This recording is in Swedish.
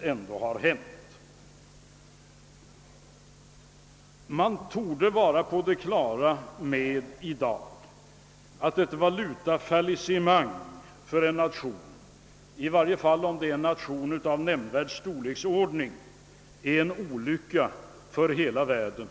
Man torde i dag vara på det klara med att ett valutafallissemang för en nation — i varje fall om det gäller en nation av nämnvärd storleksordning — är en olycka för hela världen.